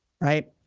Right